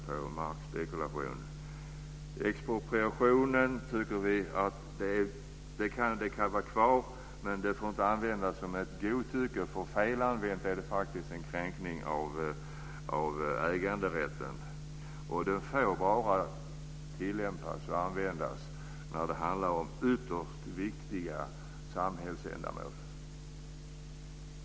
Vi tycker att möjligheten till expropriation kan behållas men att den inte får användas godtyckligt. Fel använd blir den faktiskt en kränkning av äganderätten. Den får användas bara när det handlar om ytterst viktiga samhällsändamål.